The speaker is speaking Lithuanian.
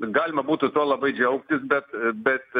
galima būtų tuo labai džiaugtis bet bet